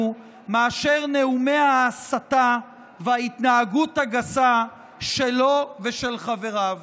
מאשר נאומי ההסתה וההתנהגות הגסה שלו ושל חבריו.